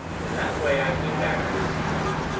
in that way i came back to a sea-life.